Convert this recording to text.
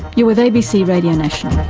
yeah with abc radio national.